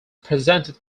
presented